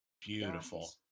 Beautiful